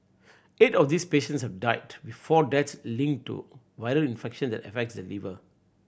eight of these patients have died with four deaths linked to viral infection that affects the liver